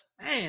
man